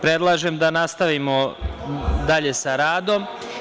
Predlažem da nastavimo dalje sa radom.